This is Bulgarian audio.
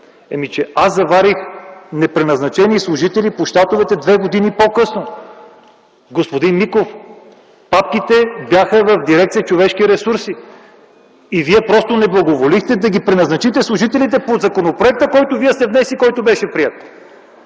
мандат, аз заварих непреназначени служители по щатовете две години по-късно. Господин Миков, папките бяха в дирекция „Човешки ресурси” и Вие просто не благоволихте да ги преназначите служителите по законопроекта, който Вие сте внесли и който беше приет.